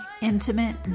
Intimate